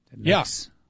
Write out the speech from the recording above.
Yes